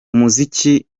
umuziki